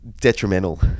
detrimental